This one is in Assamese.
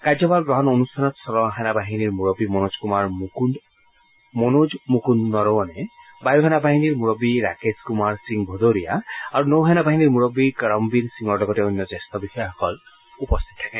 কাৰ্যভাৰ গ্ৰহণ অনুষ্ঠানত স্থলসেনা বাহিনীৰ মূৰববী মনোজ মুকুন্দ নৰৱণে বায়ু সেনা বাহিনীৰ মুৰববী ৰাকেশ কুমাৰ সিং ভদৌৰিয়া আৰু নৌ সেনাবাহিনীৰ মূৰববী কৰমবীৰ সিঙৰ লগতে অন্য জ্যেষ্ঠ বিষয়াসকল উপস্থিত থাকে